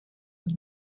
that